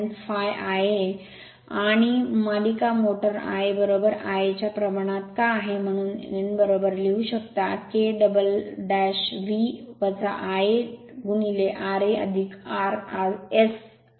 ∅ Ia आणि मालिका motor Ia Ia च्या प्रमाणात का आहे म्हणून n लिहू शकता K double V Ia ra R S Ia